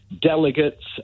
delegates